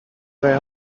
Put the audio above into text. there